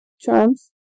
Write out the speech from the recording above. charms